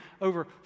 over